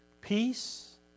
Peace